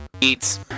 Eats